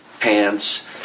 pants